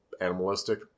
animalistic